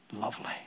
lovely